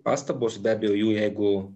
pastabos be abejo jų jeigu